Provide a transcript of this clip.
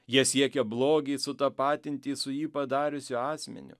jie siekia blogį sutapatinti su jį padariusiu asmeniu